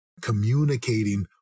communicating